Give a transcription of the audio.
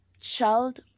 Child